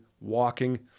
walking